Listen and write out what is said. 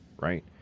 right